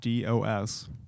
dos